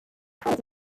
palace